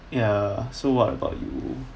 ya so what about you